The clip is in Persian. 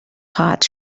خواهد